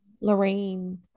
Lorraine